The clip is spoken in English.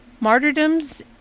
Martyrdom's